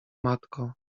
matko